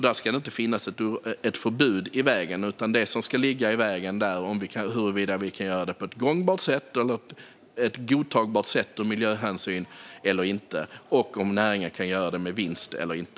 Då ska det inte stå ett förbud i vägen, utan det ska stå i vägen är huruvida vi kan göra det på ett godtagbart sätt ur miljöhänsyn eller inte och om näringen kan göra det med vinst eller inte.